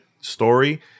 story